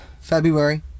February